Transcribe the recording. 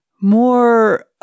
more